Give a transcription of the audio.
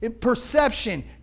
perception